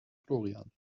florian